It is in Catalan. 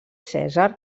cèsar